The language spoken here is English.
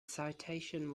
citation